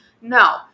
No